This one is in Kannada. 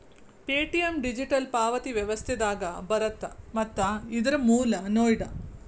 ಪೆ.ಟಿ.ಎಂ ಡಿಜಿಟಲ್ ಪಾವತಿ ವ್ಯವಸ್ಥೆದಾಗ ಬರತ್ತ ಮತ್ತ ಇದರ್ ಮೂಲ ನೋಯ್ಡಾ